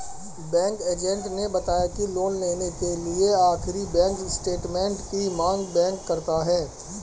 bank agent ने बताया की लोन लेने के लिए आखिरी बैंक स्टेटमेंट की मांग बैंक करता है